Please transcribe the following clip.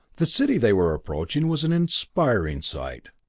the city they were approaching was an inspiring sight.